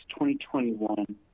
2021